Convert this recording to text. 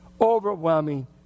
overwhelming